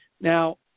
Now